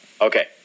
Okay